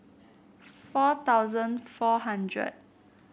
four thousand four hundred